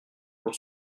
pour